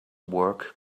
work